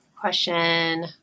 question